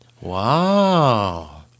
Wow